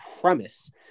premise